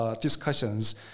discussions